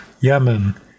Yemen